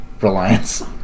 reliance